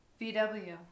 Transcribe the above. VW